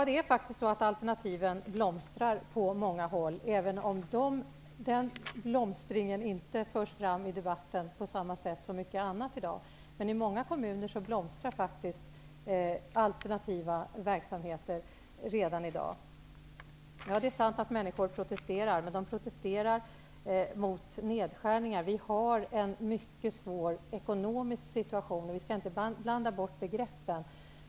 Det är faktiskt så att alternativen blomstrar på många håll, även om den blomstringen inte förs fram i debatten på samma sätt som mycket annat i dag. Men i många kommuner blomstrar alternativa verksamheter redan i dag. Det är sant att människor protesterar. Men de protesterar mot nedskärningar på grund av att vi har en mycket svår ekonomisk situation. Vi skall inte blanda bort begreppen.